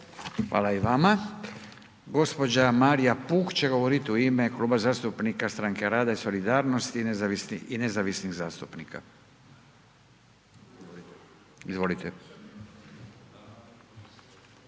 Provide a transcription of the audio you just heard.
Hvala i vama. Gđa. Marija Puh će govoriti u ime Kluba zastupnika Stranke rada i solidarnosti i nezavisnih zastupnika. Izvolite.